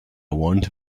want